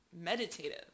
meditative